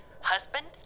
Husband